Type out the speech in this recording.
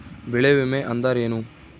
ಬೆಳೆ ವಿಮೆ ಅಂದರೇನು?